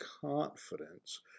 confidence